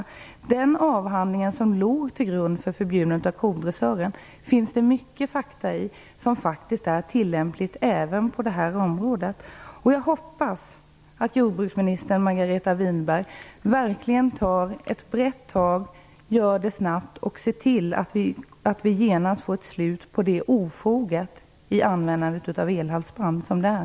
Det finns mycket fakta i den avhandling som låg till grund för förbudet mot kodressyren. Dessa fakta är tillämpliga även på det här området. Jag hoppas att jordbruksminister Margareta Winberg verkligen tar ett brett tag, gör det snabbt och ser till att vi genast får ett slut på det ofoget som användandet av elhalsbandet utgör.